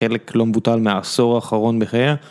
חלק לא מבוטל מהעשור האחרון בחייה.